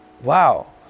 wow